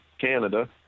canada